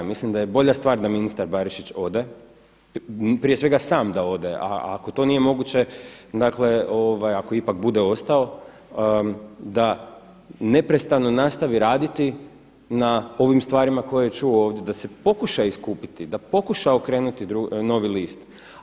Mislim da je bolja stvar da ministar Barišić ode, prije svega sam da ode, a ako to nije moguće dakle, ako ipak bude ostao da neprestano nastavi raditi na ovim stvarima koje je čuo ovdje da se pokuša iskupiti, da pokuša okrenuti novi list.